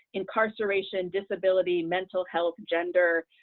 incarceration, disability, mental health, gender,